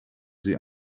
sie